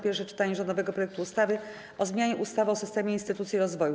Pierwsze czytanie rządowego projektu ustawy o zmianie ustawy o systemie instytucji rozwoju.